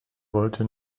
wollte